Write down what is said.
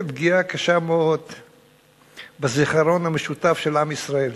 פגיעה קשה מאוד בזיכרון המשותף של עם ישראל,